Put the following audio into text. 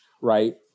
right